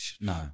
no